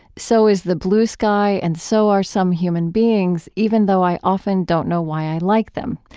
so is the blue sky, and so are some human beings, even though i often don't know why i like them.